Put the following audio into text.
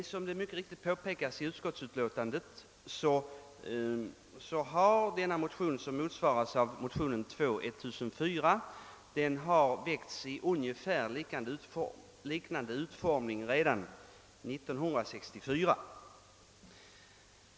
Såsom mycket riktigt påpekas i utskottsutlåtandet har denna motion, II: 1004, väckts i ungefär liknande utformning sedan 1964.